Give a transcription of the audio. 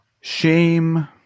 shame